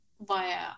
via